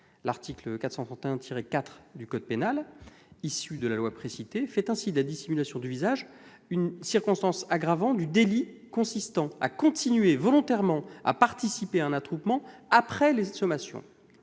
L'article 431-4 du code pénal issu de la loi précitée fait ainsi de la dissimulation du visage une circonstance aggravante du délit consistant à « continuer volontairement à participer à un attroupement après les sommations